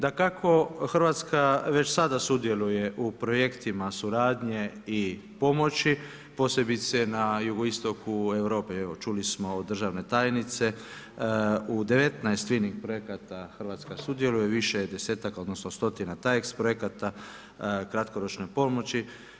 Dakako, Hrvatska već sada sudjeluje u projektima suradnje i pomoći, posebice na jugoistoku Europe, evo, čuli smo od državne tajnice, u 19 … projekata Hrvatska sudjeluje, više je 10-tak, odnosno, 100 Taex projekata, kratkoročno pomoći.